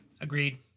Agreed